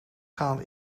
gaan